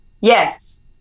Yes